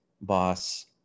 boss